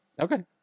okay